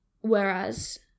whereas